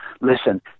listen